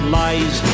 lies